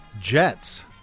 Jets